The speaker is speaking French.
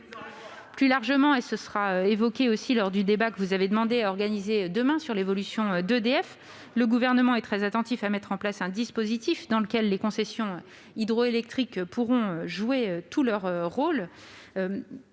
Plus largement, ainsi que cela sera évoqué lors du débat dont vous avez demandé l'organisation demain, concernant l'évolution d'EDF, le Gouvernement est très attentif à mettre en place un dispositif dans lequel les concessions hydroélectriques pourront jouer tout leur rôle